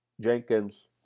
Jenkins